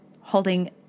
holding